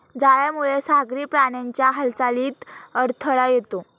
जाळ्यामुळे सागरी प्राण्यांच्या हालचालीत अडथळा येतो